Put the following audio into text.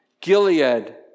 Gilead